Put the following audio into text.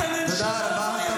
תודה רבה.